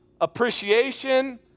appreciation